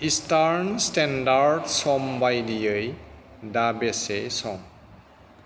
eastern standard सम बायदियै दा बेसे सम